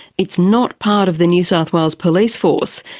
it's not part of the new south wales police force,